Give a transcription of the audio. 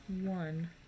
one